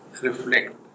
reflect